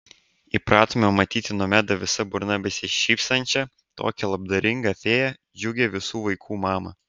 įpratome matyti nomedą visa burna besišypsančią tokią labdaringą fėją džiugią visų vaikų mamą